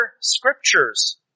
scriptures